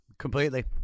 Completely